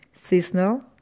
Seasonal